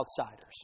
outsiders